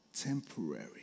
temporary